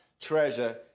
treasure